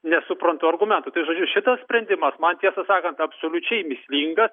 nesuprantu argumentų tai žodžiu šitas sprendimas man tiesą sakant absoliučiai mįslingas